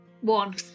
One